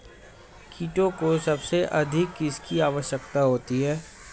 कीटों को सबसे अधिक किसकी आवश्यकता होती है?